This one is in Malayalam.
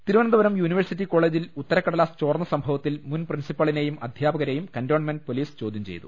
തിരുവനന്തപുരം യൂണിവേഴ്സിറ്റി കോളജിൽ ഉത്തരക്കടലാസ് ചോർന്ന സംഭവത്തിൽ മുൻ പ്രിൻസിപ്പാളിനെയും അധ്യാപക രെയും കന്റോൺമെന്റ് പൊലീസ് ചോദ്യം ചെയ്തു